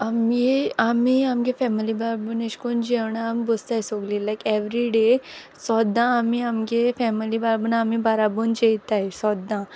आमी आमी आमगे फेमिली बाराबोर अेश कोन्न जेवणा आम बोसताय सोगलीं लायक एवरीडे सोद्दां आमी आमगे फेमिली बाराबोन आमी बाराबोन जेयताय सोद्दां